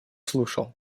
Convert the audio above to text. слушал